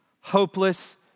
hopeless